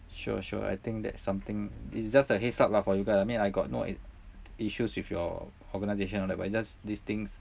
sure sure I think that's something it's just a heads up lah for you guys I mean I got no issues with your organisation and all that but it's just these things